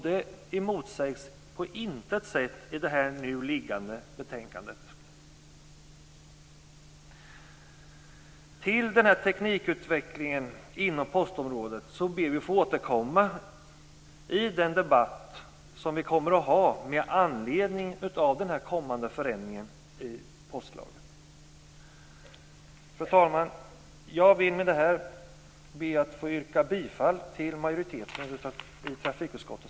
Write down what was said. Det motsägs på intet sätt i det nu liggande betänkandet. Vi ber att få återkomma till teknikutvecklingen inom postområdet i den debatt som vi skall ha med anledning av den kommande förändringen i postlagen. Fru talman! Jag ber att med detta få yrka bifall till majoritetens förslag i trafikutskottet.